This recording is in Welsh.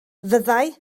fyddai